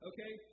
Okay